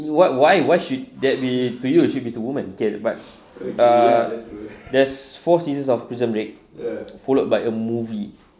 what why why should that be to you you should be to woman okay but err there's four seasons of prison break followed by a movie